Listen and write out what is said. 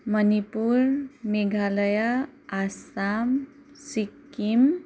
Manipur Meghalaya Assam Sikkim